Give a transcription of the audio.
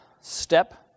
step